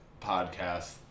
podcast